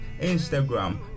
Instagram